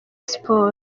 siporo